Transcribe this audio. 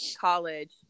college